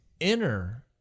enter